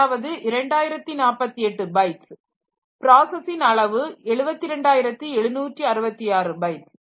அதாவது 2048 பைட்ஸ் பிராசஸின் அளவு 72766 பைட்ஸ்